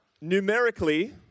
Numerically